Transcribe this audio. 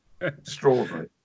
Extraordinary